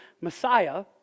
Messiah